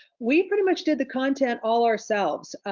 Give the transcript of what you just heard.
we pretty much did the content all ourselves,